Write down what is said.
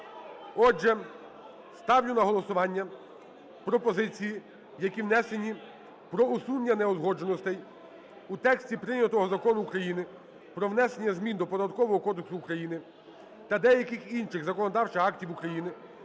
Отже, ставлю на голосування пропозиції, які внесені про усунення неузгодженостей у тексті прийнятого Закону України "Про внесення змін до Податкового кодексу України та деяких інших законодавчих актів України